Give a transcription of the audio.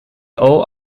all